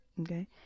Okay